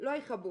לא יכבו